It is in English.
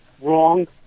wrong